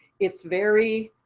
it's very